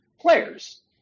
players